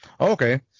Okay